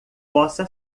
possa